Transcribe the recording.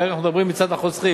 כאן אנחנו מדברים מצד החוסכים